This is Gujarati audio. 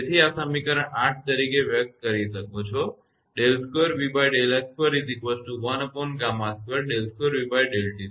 તેથી આ તમે સમીકરણ 8 તરીકે વ્યક્ત કરી શકો છે આ રીતે આ સમીકરણ 10 છે